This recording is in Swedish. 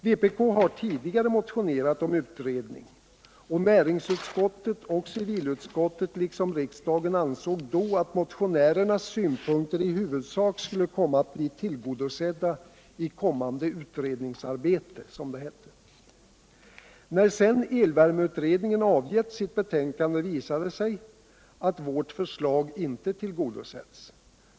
Vpk har tidigare motionerat om en utredning av denna fråga, och näringsutskouet och civilutskottet liksom riksdagen ansåg då att motionärernas synpunkter i huvudsak skulle komma att bli tillgodosedda i kommande utredningsarbete. När sedan elvärmeutredningen avgett sitt betänkande, visade det sig att vårt förslag inte tillgodosetts.